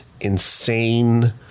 insane